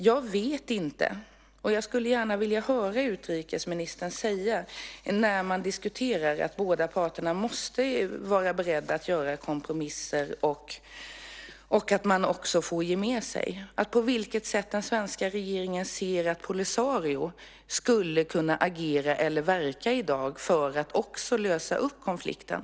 Jag vet inte men skulle gärna vilja höra från utrikesministern, när man diskuterar att båda parter måste vara beredda att göra kompromisser och att ge med sig, på vilket sätt den svenska regeringen ser att Polisario skulle kunna agera eller verka i dag för att lösa upp konflikten.